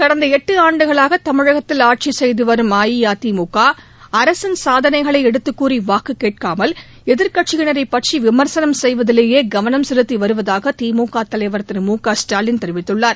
கடந்த எட்டு ஆண்டுகளாக தமிழகத்தில் ஆட்சி செய்து வரும் அஇஅதிமுக அரசின் சாதனைகளை எடுத்துக்கூறி வாக்கு கேட்காமல் எதிர்க்கட்சியினரைப் பற்றி விமர்சனம் செய்வதிலேயே கவளம் செலுத்தி வருவதாக திமுக தலைவர் திரு மு க ஸ்டாலின் தெரிவித்துள்ளார்